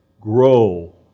grow